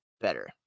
better